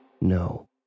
no